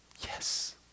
Yes